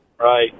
Right